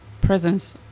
presence